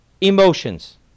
emotions